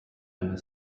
eine